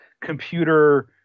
computer